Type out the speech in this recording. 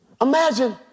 Imagine